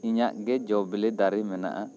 ᱤᱧᱟᱹᱜ ᱜᱮ ᱡᱚ ᱵᱤᱞᱤ ᱫᱟᱨᱮ ᱢᱮᱱᱟᱜᱼᱟ